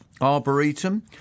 Arboretum